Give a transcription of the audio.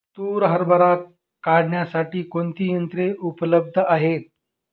तूर हरभरा काढण्यासाठी कोणती यंत्रे उपलब्ध आहेत?